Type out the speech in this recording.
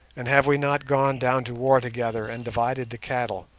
and have we not gone down to war together and divided the cattle,